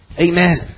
amen